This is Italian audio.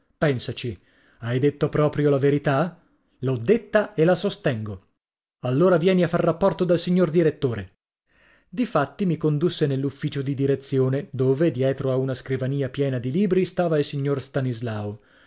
pensaci hai detto proprio la verità l'ho detta e la sostengo allora vieni a far rapporto dal signor direttore difatti mi condusse nell'ufficio di direzione dove dietro a una scrivania piena di libri stava il signor stanislao